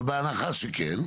אבל בהנחה שכן?